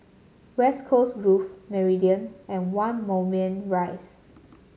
West Coast Grove Meridian and One Moulmein Rise